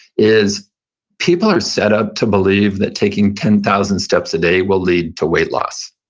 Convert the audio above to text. is people are set up to believe that taking ten thousand steps a day will lead to weight loss.